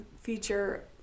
feature